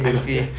I see